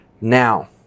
now